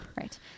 right